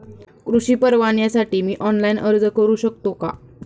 कृषी परवान्यासाठी मी ऑनलाइन अर्ज करू शकतो का?